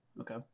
okay